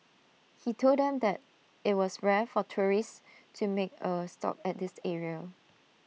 he told them that IT was rare for tourists to make A stop at this area